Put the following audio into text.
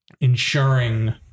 ensuring